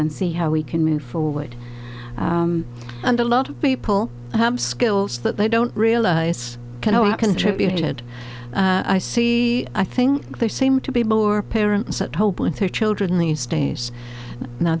and see how we can move forward and a lot of people have skills that they don't realize contributed i see i think they seem to be more parents that hope with their children these days now